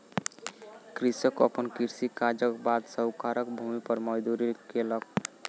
कृषक अपन कृषि काजक बाद साहूकारक भूमि पर मजदूरी केलक